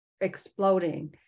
exploding